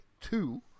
two